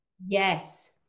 Yes